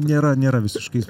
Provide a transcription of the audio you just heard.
nėra nėra visiškai